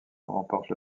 remporte